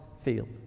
field